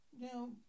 Now